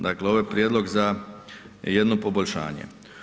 Dakle ovo je prijedlog za jedno poboljšanje.